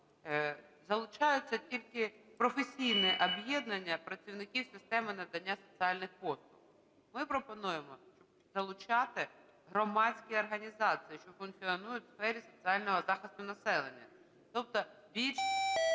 Залучаються тільки професійні об'єднання працівників системи надання соціальних послуг. Ми пропонуємо, щоб залучати громадські організації, що функціонують в сфері соціального захисту населення. Тобто більш